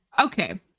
okay